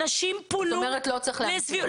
אנשים פונו לשביעות רצונם.